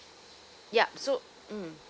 yup so mm